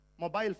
mobile